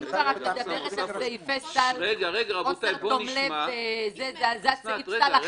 כאשר יהיה כאן חוסר תום לב מצד הזוכה,